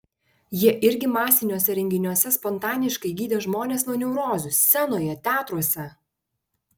jie irgi masiniuose renginiuose spontaniškai gydė žmonės nuo neurozių scenoje teatruose